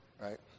right